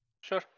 Sure